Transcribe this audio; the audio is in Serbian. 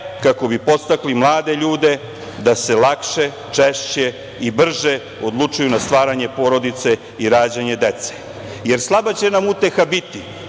kako bi podstakli mlade ljude da se lakše, češće i brže odlučuju na stvaranje porodice i rađanje dece. Jer, slaba će nam uteha biti